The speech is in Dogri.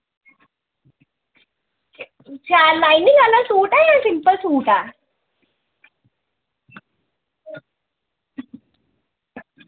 शैल लाइनिंग आह्ला सूट ऐ जां सिम्पल सूट ऐ